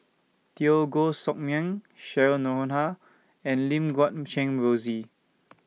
Teo Koh Sock Miang Cheryl Noronha and Lim Guat Kheng Rosie